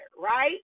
right